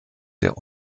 der